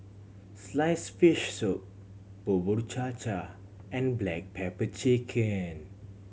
sliced fish soup Bubur Cha Cha and black pepper chicken